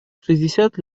шестьдесят